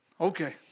Okay